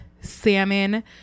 salmon